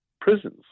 prisons